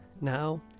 now